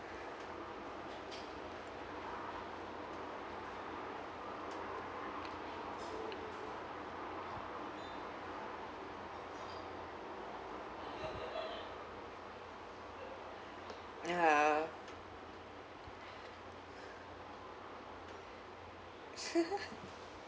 ya